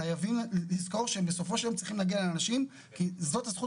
חייבים לזכור שהם בסופו של יום צריכים להגיע לאנשים כי זאת הזכות